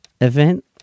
event